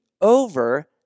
over